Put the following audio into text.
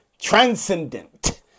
transcendent